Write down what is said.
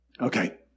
Okay